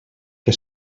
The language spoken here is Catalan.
que